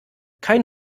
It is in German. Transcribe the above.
kein